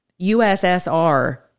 USSR